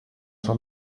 sua